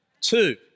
Two